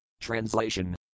Translation